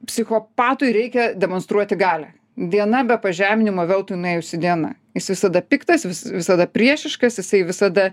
psichopatui reikia demonstruoti galią diena be pažeminimo veltui nuėjusi diena jis visada piktas vis visada priešiškas jisai visada